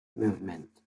movement